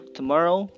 Tomorrow